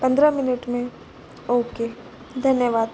पंद्रह मिनट में ओके धन्यवाद